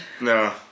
No